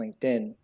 LinkedIn